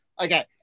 Okay